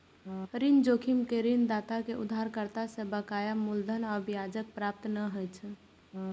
ऋण जोखिम मे ऋणदाता कें उधारकर्ता सं बकाया मूलधन आ ब्याजक प्राप्ति नै होइ छै